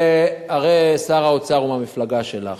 אני מבקש, שהרי שר האוצר הוא מהמפלגה שלך: